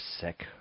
sick